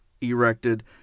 erected